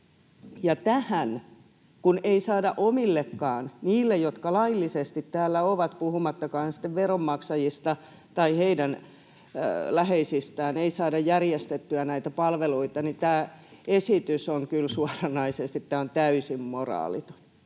ja kun ei saada omillekaan — niille, jotka laillisesti täällä ovat, puhumattakaan sitten veronmaksajista tai heidän läheisistään — järjestettyä näitä palveluita, niin tämä esitys on kyllä suoranaisesti täysin moraaliton.